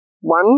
one